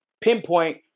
pinpoint